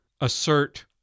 assert